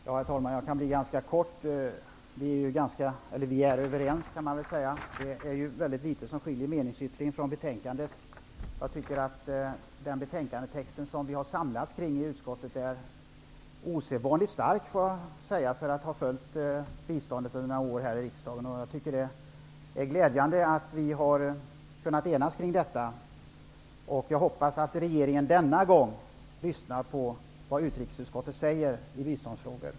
Herr talman! Jag skall vara ganska kortfattad. Man kan väl säga att vi är överens. Det är inte mycket som skiljer meningsyttringen från betänkandet. Jag -- som har följt biståndet under några år i riksdagen -- tycker att den betänkandetext som vi har samlats kring i utskottet är osedvanligt stark. Det är glädjande att vi har kunnat enas kring detta. Jag hoppas att regeringen denna gång kommer att lyssna på vad utrikesutskottet säger i biståndsfrågor.